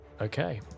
okay